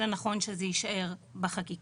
אלא נכון שזה יישאר בחקיקה.